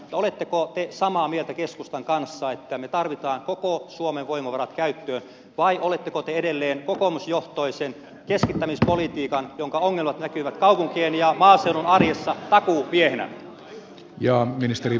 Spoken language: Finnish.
oletteko te samaa mieltä keskustan kanssa siitä että me tarvitsemme koko suomen voimavarat käyttöön vai oletteko te edelleen kokoomusjohtoisen keskittämispolitiikan jonka ongelmat näkyvät kaupunkien ja maaseudun arjessa takuumiehenä